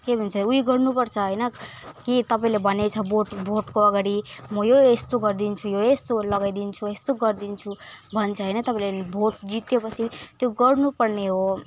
के भन्छ उयो गर्नु पर्छ होइन कि तपाईँले भनेछ भोट भोटको अगाडि म यो यस्तो गरिदिन्छु यो यस्तो लगाइदिन्छु यस्तो गरिदिन्छु भन्छ होइन तपाईँले भोट जिते पछि त्यो गर्नु पर्ने हो